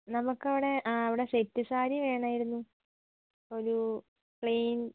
നമുക്കവിടെ ആ അവിടെ സെറ്റ് സാരീ വേണമായിരുന്നു ഒരു പ്ലെയിൻ